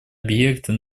объекты